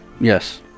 Yes